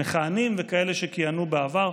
מכהנים וכאלה שכיהנו בעבר,